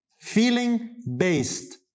feeling-based